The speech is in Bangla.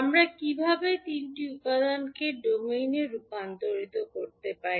আমরা কীভাবে তিনটি উপাদানকে ডোমেইনে রূপান্তর করতে পারি